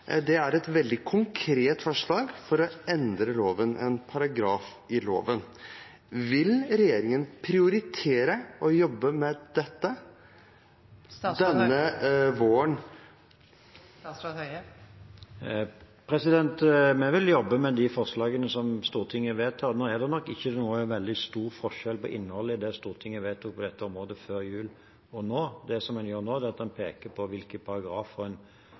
Det er et veldig konkret forslag for å endre loven, en paragraf i loven. Vil regjeringen prioritere å jobbe med dette denne våren? Vi vil jobbe med de forslagene som Stortinget vedtar. Nå er det nok ikke noen veldig stor forskjell på innholdet i det Stortinget vedtok på dette området før jul, og det en vedtar nå. Det en gjør nå, er at en peker på hvilke